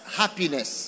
happiness